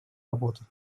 работу